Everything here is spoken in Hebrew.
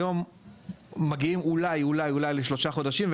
היום מגיעים אולי לשלושה חודשים,